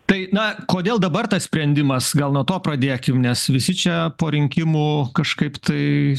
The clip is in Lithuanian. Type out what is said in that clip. tai na kodėl dabar tas sprendimas gal nuo to pradėkim nes visi čia po rinkimų kažkaip tai